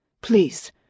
Please